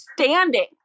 standing